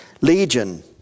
Legion